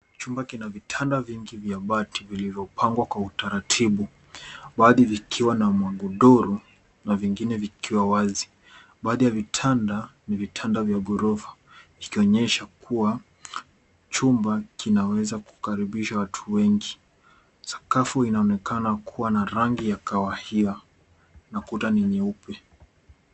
Chumba kina vitanda vingi vya bati vilivyopangwa kwa utaratibu. Baadhi vikiwa na magodoro na vingine vikiwa wazi. Baadhi ya vitanda ni vitanda vya ghorofa. Ikionyesha kuwa chumba kinaweza kukaribisha watu wengi. Sakafu inaonekana kuwa na rangi ya kahawia na kuta ni nyeupe.